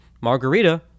Margarita